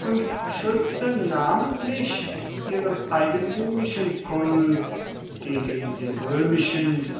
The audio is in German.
und schützte namentlich ihren eigentümlichen kult gegen die römischen